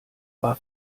war